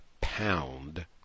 pound